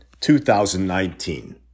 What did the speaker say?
2019